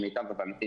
למיטב הבנתי,